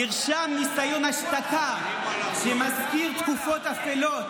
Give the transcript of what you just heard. נרשם ניסיון השתקה שמזכיר תקופות אפלות